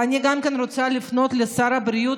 אני גם רוצה לפנות לשר הבריאות,